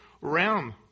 realm